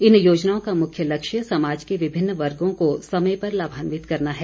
इन योजनाओं का मुख्य लक्ष्य समाज के विभिन्न वर्गो को समय पर लाभान्वित करना है